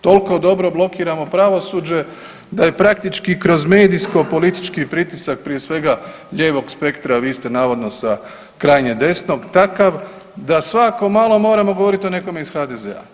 Toliko dobro blokiramo pravosuđe da je praktički kroz medijsko politički pritisak prije svega lijevog spektra, a vi ste navodno sa krajnje desnog, takav sa svako malo moramo govorit o nekom iz HDZ-a.